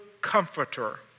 comforter